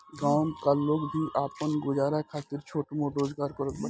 गांव का लोग भी आपन गुजारा खातिर छोट मोट रोजगार करत बाटे